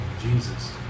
Jesus